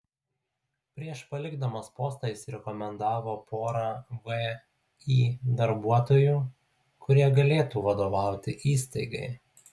prieš palikdamas postą jis rekomendavo porą vį darbuotojų kurie galėtų vadovauti įstaigai